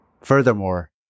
Furthermore